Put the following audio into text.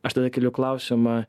aš tada keliu klausimą